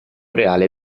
reale